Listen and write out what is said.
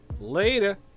Later